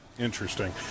interesting